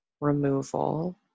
removal